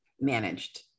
managed